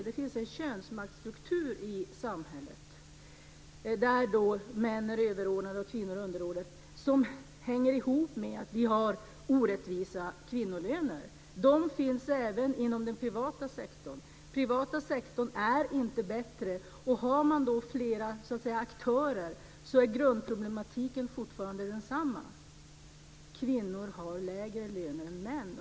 Det finns en könsmaktsstruktur i samhället, där män är överordnade och kvinnor underordnade, som hänger ihop med att vi har orättvisa kvinnolöner. Dessa finns även inom den privata sektorn. Den privata sektorn är inte bättre. Har man då flera aktörer är grundproblematiken fortfarande densamma; kvinnor har lägre löner än män.